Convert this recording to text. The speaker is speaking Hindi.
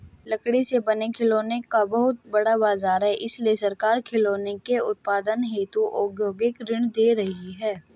लकड़ी से बने खिलौनों का बहुत बड़ा बाजार है इसलिए सरकार खिलौनों के उत्पादन हेतु औद्योगिक ऋण दे रही है